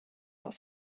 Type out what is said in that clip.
aus